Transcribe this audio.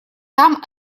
там